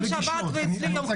שרתת כמה וכמה שנים?